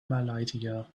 malaysia